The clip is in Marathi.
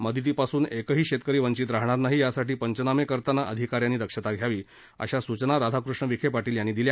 मदतीपासून एकही शव्वकरी ववित राहाणार नाही यासाठी पद्वानाम करताना अधिकाऱ्याव्वी दक्षता घ्यावी अशा सूचना राधाकृष्ण विख पाटील याव्वी दिल्या